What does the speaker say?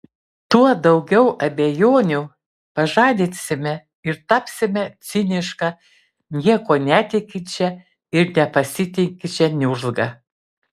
tuo daugiau abejonių pažadinsime ir tapsime ciniška niekuo netikinčia ir nepasitikinčia niurzga